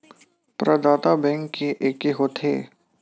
प्रदाता बैंक के एके होथे?